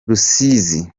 rusizi